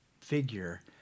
figure